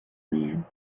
man